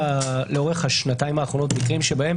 לאורך השנתיים האחרונות כבר היו מקרים שבהם